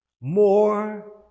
more